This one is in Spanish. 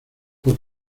por